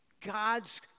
God's